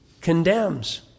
condemns